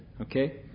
okay